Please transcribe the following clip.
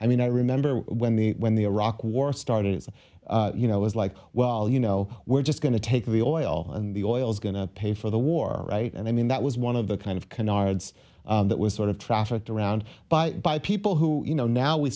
i mean i remember when the when the iraq war started you know it was like well you know we're just going to take the oil and the oil is going to pay for the war right i mean that was one of the kind of canards that was sort of trafficked around but by people who you know now we